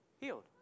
healed